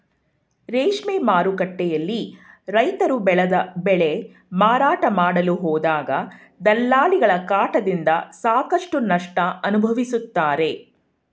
ರೇಷ್ಮೆ ಮಾರುಕಟ್ಟೆಯಲ್ಲಿ ರೈತ್ರು ಬೆಳೆದ ಬೆಳೆ ಮಾರಾಟ ಮಾಡಲು ಹೋದಾಗ ದಲ್ಲಾಳಿಗಳ ಕಾಟದಿಂದ ಸಾಕಷ್ಟು ನಷ್ಟ ಅನುಭವಿಸುತ್ತಾರೆ